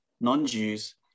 non-Jews